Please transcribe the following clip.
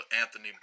Anthony